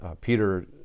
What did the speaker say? peter